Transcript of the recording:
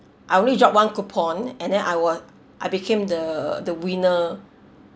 I only drop one coupon and then I won I became the the winner